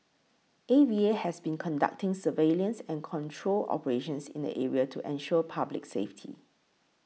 A V A has been conducting surveillance and control operations in the area to ensure public safety